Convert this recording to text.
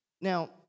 Now